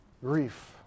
grief